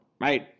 Right